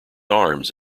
arms